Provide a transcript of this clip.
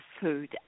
food